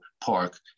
park